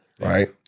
Right